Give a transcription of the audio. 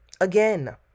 Again